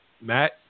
Matt